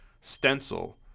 stencil